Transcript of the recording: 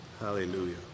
Hallelujah